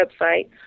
website